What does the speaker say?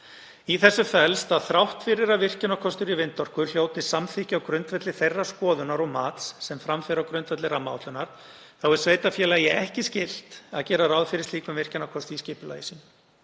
Í þessu felst að þrátt fyrir að virkjunarkostur í vindorku hljóti samþykki á grundvelli þeirrar skoðunar og mats sem fram fer á grundvelli rammaáætlunar þá er sveitarfélagi ekki skylt að gera ráð fyrir slíkum virkjunarkosti í sínu skipulagi.